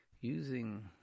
using